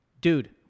Dude